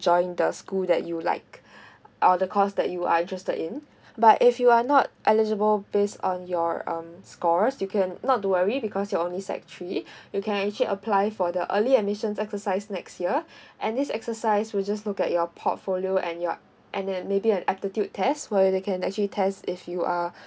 join the school that you like or the course that you are interested in but if you are not eligible based on your um scores you can not to worry because you're only sec three you can actually apply for the early admissions exercise next year and this exercise we'll just look at your portfolio and your and and maybe an aptitude test where they can actually test if you are